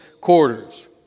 quarters